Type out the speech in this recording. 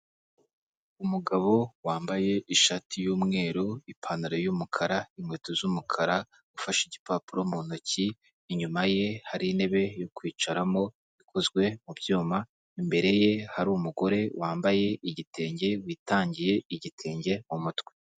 Umugabo wambaye ishati y'umweru ipantaro y'umukara inkweto z'umukara, ufashe igipapuro mu ntoki inyuma ye hari intebe yo kwicaramo ikozwe mu byuma, imbere ye hari umugore wambaye igitenge witangiye igitenge mu mutwe.